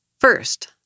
First